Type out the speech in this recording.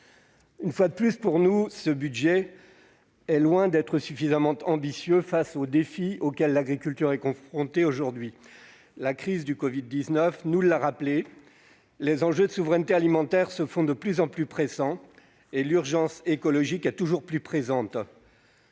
Une fois de plus, selon nous, ce budget est loin d'être suffisamment ambitieux au regard des défis auxquels l'agriculture est confrontée aujourd'hui. La crise du covid-19 nous l'a rappelé : les enjeux de souveraineté alimentaire se font de plus en plus pressants et l'urgence écologique est toujours plus prégnante.